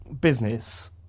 business